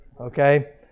Okay